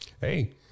Hey